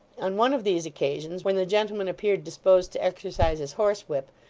on one of these occasions, when the gentleman appeared disposed to exercise his horsewhip,